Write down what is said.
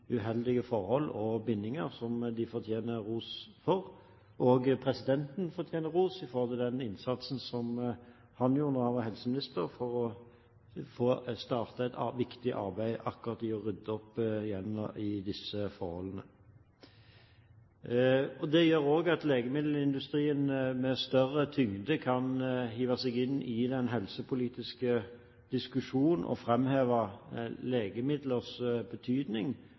uheldige forhold og bindinger, som de fortjener ros for. Presidenten fortjener ros for den innsatsen som han gjorde da han var helseminister, for å få startet et viktig arbeid akkurat med å rydde opp i disse forholdene. Det gjør også at legemiddelindustrien med større tyngde kan hive seg inn i den helsepolitiske diskusjonen og framheve legemidlers betydning